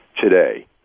today